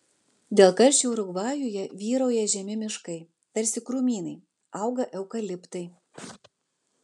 dėl karščių urugvajuje vyrauja žemi miškai tarsi krūmynai auga eukaliptai